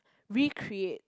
recreate